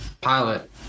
pilot